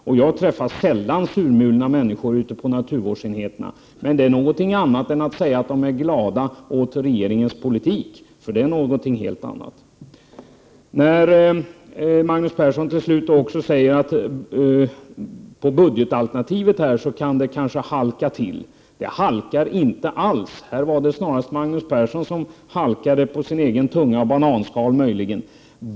Jag har sällan träffat surmulna människor ute på naturvårdsenheterna. Men det är en annan sak än att säga att man är glad åt regeringens politik. Till slut säger Magnus Persson om budgetalternativet att det kanske kan halka till. Det halkar inte alls. Här var det snarare Magnus Persson som halkade med sin tunga och på ett bananskal.